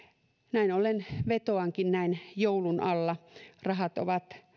näin ollen vetoankin näin joulun alla rahat ovat